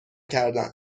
کردن